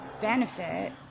benefit